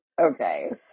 Okay